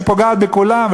שפוגעת בכולם,